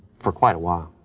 for quite a while, ah